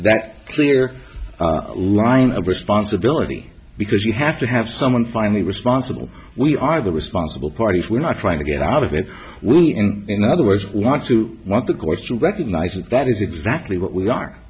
that clear line of responsibility because you have to have someone finally responsible we are the responsible party we're not trying to get out of it when in other words we want to walk the course to recognize that that is exactly what we are